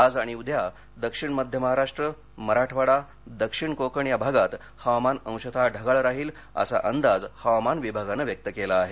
आज आणि उद्या दक्षिण मध्य महाराष्ट्र मराठवाडा दक्षिण कोकण या भागात हवामान अंशतः ढगाळ राहील असा अंदाज हवामान विभागानं व्यक्त केला आहे